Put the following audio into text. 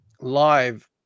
live